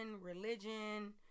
religion